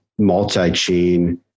multi-chain